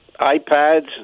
iPads